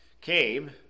came